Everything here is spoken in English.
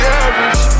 average